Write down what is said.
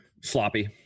Sloppy